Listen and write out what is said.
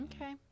Okay